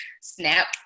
snap